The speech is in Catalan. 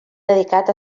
dedicat